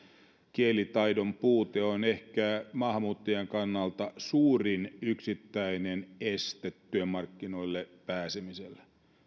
kielitaidon puute on ehkä maahanmuuttajan kannalta suurin yksittäinen este työmarkkinoille pääsemiselle